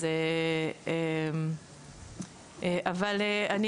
אבל אני